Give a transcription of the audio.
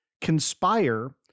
conspire